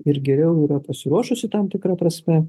ir geriau yra pasiruošusi tam tikra prasme